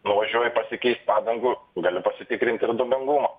nuvažiuoji pasikeist padangų gali pasitikrint ir dūmingumą